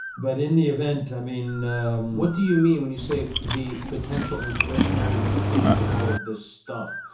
but in the event, i mean what do you mean when you say the potential inflationary implications of all of this stuff?